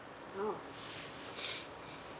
oh